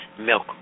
Milk